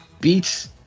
beats